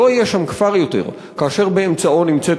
לא יהיה שם כפר יותר כאשר באמצעו נמצאת